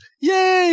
Yay